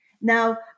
Now